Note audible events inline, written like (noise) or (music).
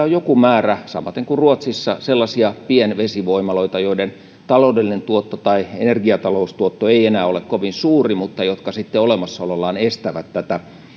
(unintelligible) on joku määrä samoin kuin ruotsissa sellaisia pienvesivoimaloita joiden taloudellinen tuotto tai energiataloustuotto ei ei enää ole kovin suuri mutta jotka sitten olemassaolollaan estävät tätä